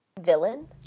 villain